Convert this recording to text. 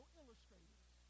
illustrators